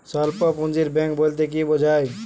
স্বল্প পুঁজির ব্যাঙ্ক বলতে কি বোঝায়?